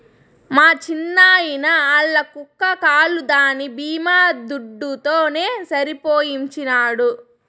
మా చిన్నాయిన ఆల్ల కుక్క కాలు దాని బీమా దుడ్డుతోనే సరిసేయించినాడు